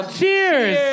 Cheers